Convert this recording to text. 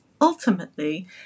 ultimately